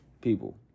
people